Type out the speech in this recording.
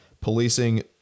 policing